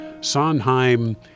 Sondheim